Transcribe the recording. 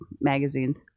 magazines